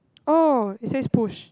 oh it says push